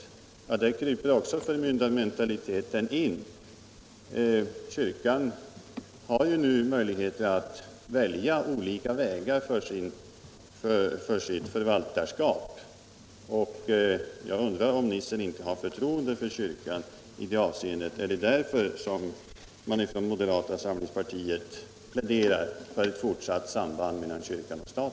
Också där kryper förmyndarmentaliteten fram. Kyrkan har nu möjlighet att välja olika vägar för sitt förvaltarskap. Jag undrar om herr Nisser saknar förtroende för kyrkan i detta avseende. Är det därför som moderaterna pläderar för ett fortsatt samband mellan kyrka och stat?